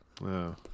Wow